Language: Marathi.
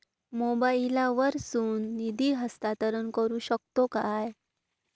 मोबाईला वर्सून निधी हस्तांतरण करू शकतो काय?